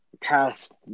past